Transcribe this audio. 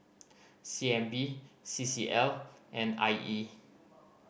C N B C C L and I E